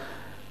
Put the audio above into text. מצליחה.